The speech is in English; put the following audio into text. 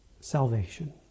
salvation